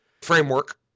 framework